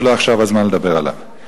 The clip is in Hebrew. שלא עכשיו הזמן לדבר עליו.